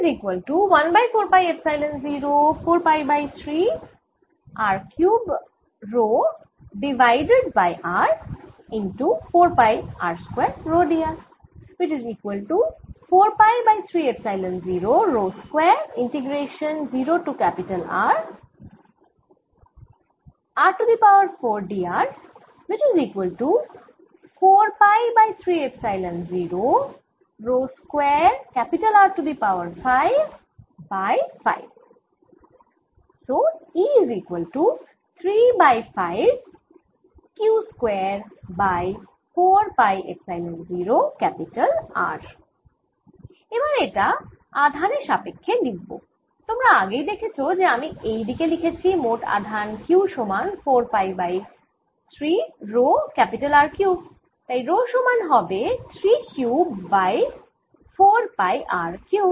এবার এটা আধানের সাপেক্ষ্যে লিখব তোমরা আগেই দেখেছ যে আমি এই দিকে লিখেছি মোট আধান Q সমান 4 pi by 3 rho R cube তাই রো সমান হবে 3 cube by 4 pi R cube